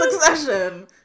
Succession